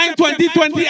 2020